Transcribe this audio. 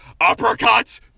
uppercut